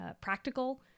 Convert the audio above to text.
practical